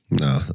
No